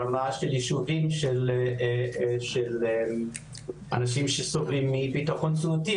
ברמה של יישובים של אנשים שסובלים מביטחון תזונתי,